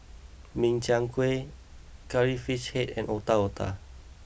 Min Chiang Kueh Curry Fish Head And Otak Otak